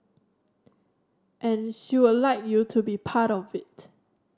and she would like you to be part of it